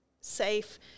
safe –